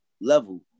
level